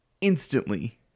instantly